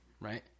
Right